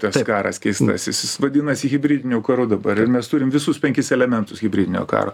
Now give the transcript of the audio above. tas karas keistasis jis vadinasi hibridiniu karu dabar ir mes turim visus penkis elementus hibridinio karo